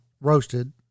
roasted